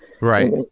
Right